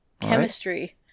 Chemistry